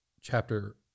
chapter